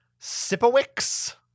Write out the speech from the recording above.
Sipowicz